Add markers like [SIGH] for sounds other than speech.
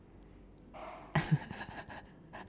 [LAUGHS]